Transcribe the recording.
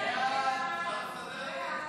כהצעת הוועדה,